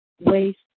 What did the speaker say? waste